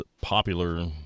popular